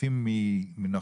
חפים מנוכלות.